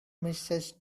mrs